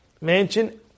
mansion